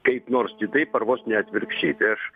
kaip nors kitaip ar vos ne atvirkščiai tai aš